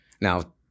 Now